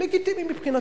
לגיטימי מבחינתו.